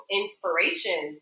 inspiration